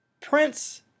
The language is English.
Prince